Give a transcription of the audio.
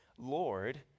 Lord